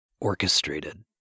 orchestrated